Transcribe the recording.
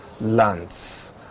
lands